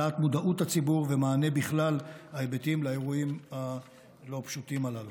העלאת מודעות הציבור ומענה לכלל ההיבטים באירועים הלא פשוטים הללו.